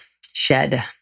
Shed